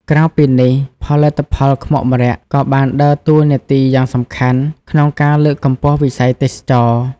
ក្រៅពីនេះ ផលិតផលខ្មុកម្រ័ក្សណ៍ក៏បានដើរតួនាទីយ៉ាងសំខាន់ក្នុង ការលើកកម្ពស់វិស័យទេសចរណ៍។